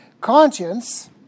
Conscience